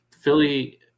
Philly